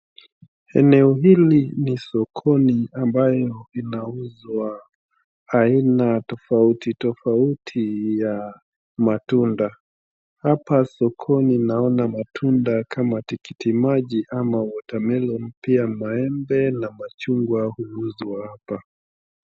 Eneo hili ni sokoni ambayo inauzwa aina tofauti tofauti ya matunda. Hapa sokoni naona matunda kama tikiti maji ama watermelon pia maembe na machungwa huuzwa hapa.